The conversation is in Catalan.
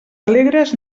alegres